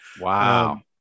wow